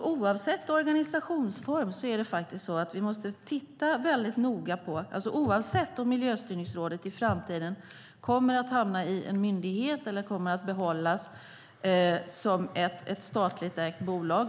Oavsett organisationsform måste vi titta väldigt noga på detta. Det gäller oavsett om Miljöstyrningsrådet i framtiden kommer att hamna i en myndighet eller behållas som ett statligt ägt bolag.